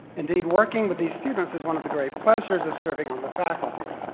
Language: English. indeed, working with these students is one of the great pleasures of serving on the faculty.